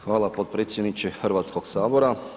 Hvala podpredsjedniče Hrvatskog sabora.